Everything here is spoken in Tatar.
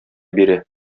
бирә